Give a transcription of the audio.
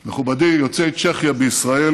מכובדי, יוצאי צ'כיה בישראל